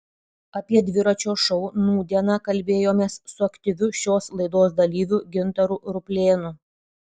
apie dviračio šou nūdieną kalbėjomės su aktyviu šios laidos dalyviu gintaru ruplėnu